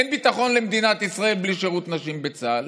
ואין ביטחון למדינת ישראל בלי שירות נשים בצה"ל?